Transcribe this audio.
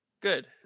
good